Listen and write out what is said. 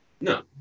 No